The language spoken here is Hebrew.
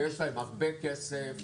ויש להם הרבה כסף,